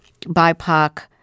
BIPOC